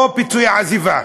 או פיצויי עזיבה.